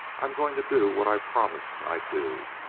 i'm going to do what i promised i'd do.